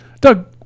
Doug